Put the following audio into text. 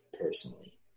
personally